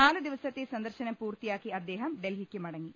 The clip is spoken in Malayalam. നാലുദിവസത്തെ സന്ദർശനം പൂർത്തിയാക്കി അദ്ദേഹം ഡൽഹിക്ക് മടങ്ങി